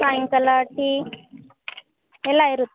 ಸಾಯಂಕಾಲ ಟೀ ಎಲ್ಲ ಇರುತ್ತೆ